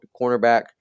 cornerback